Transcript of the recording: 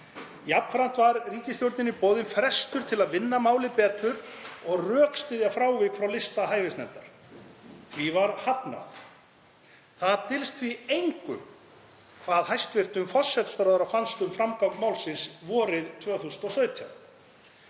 Jafnframt var ríkisstjórninni boðinn frestur til að vinna málið betur og rökstyðja frávik frá lista hæfisnefndar. Því var hafnað. Það dylst engum hvað hæstv. forsætisráðherra fannst um framgang málsins vorið 2017.